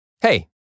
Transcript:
Hey